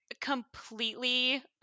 completely